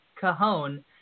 cajon